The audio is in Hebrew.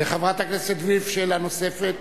חברת הכנסת וילף, שאלה נוספת.